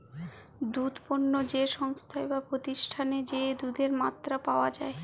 দুধ পণ্য যে সংস্থায় বা প্রতিষ্ঠালে যেই দুধের মাত্রা পাওয়া যাই